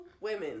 women